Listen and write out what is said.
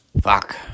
Fuck